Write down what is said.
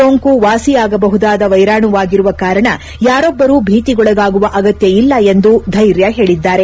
ಸೋಂಕು ವಾಸಿಯಾಗಬಹುದಾದ ವ್ಯೆರಾಣುವಾಗಿರುವ ಕಾರಣ ಯಾರೊಬ್ಲರೂ ಭೀತಿಗೊಳಗಾಗುವ ಅಗತ್ಯ ಇಲ್ಲ ಎಂದು ಧ್ಯೆರ್ಯ ಹೇಳದ್ದಾರೆ